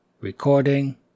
Recording